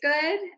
good